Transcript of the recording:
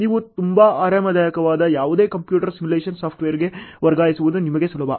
ನೀವು ತುಂಬಾ ಆರಾಮದಾಯಕವಾದ ಯಾವುದೇ ಕಂಪ್ಯೂಟರ್ ಸಿಮ್ಯುಲೇಶನ್ ಸಾಫ್ಟ್ವೇರ್ಗೆ ವರ್ಗಾಯಿಸುವುದು ನಿಮಗೆ ಸುಲಭ